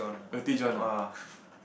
Roti-John ah